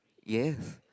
yes